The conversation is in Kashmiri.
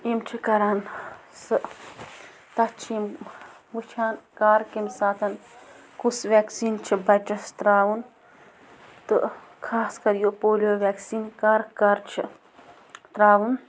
یِم چھِ کَران سُہ تَتھ چھِ یِم وٕچھان کَر کَمہِ ساتہٕ کُس وٮ۪کسیٖن چھِ بَچَس ترٛاوُن تہٕ خاص کَر یہِ پولیو وٮ۪کسیٖن کر کر چھِ ترٛاوُن